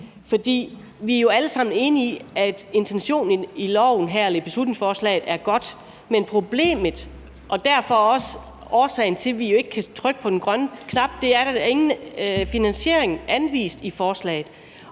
alle sammen enige i, at intentionen i beslutningsforslaget her er god, men problemet, som også er årsagen til, at vi ikke kan trykke på den grønne knap, er, at der ingen finansiering er anvist i forslaget.